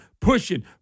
pushing